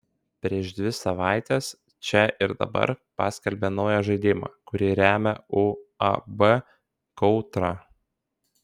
prieš dvi savaites čia ir dabar paskelbė naują žaidimą kurį remia uab kautra